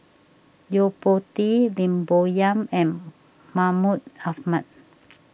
Yo Po Tee Lim Bo Yam and Mahmud Ahmad